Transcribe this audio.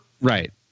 Right